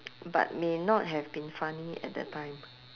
but may not have been funny at that time